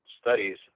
Studies